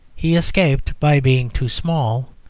he escaped by being too small,